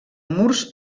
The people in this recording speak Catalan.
murs